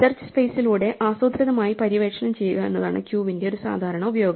search സ്പേസിലൂടെ ആസൂത്രിതമായി പര്യവേക്ഷണം ചെയ്യുക എന്നതാണ് ക്യൂവിന്റെ ഒരു സാധാരണ ഉപയോഗം